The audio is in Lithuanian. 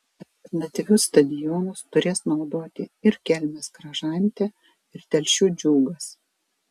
alternatyvius stadionus turės naudoti ir kelmės kražantė ir telšių džiugas